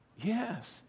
Yes